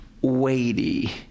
weighty